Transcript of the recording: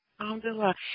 Alhamdulillah